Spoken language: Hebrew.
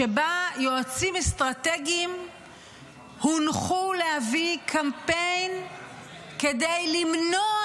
שבה יועצים אסטרטגיים הונחו להביא קמפיין כדי למנוע